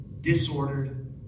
disordered